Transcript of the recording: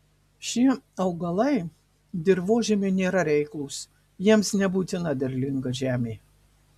šie augalai dirvožemiui nėra reiklūs jiems nebūtina derlinga žemė